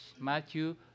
Matthew